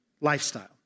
lifestyle